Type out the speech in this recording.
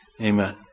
Amen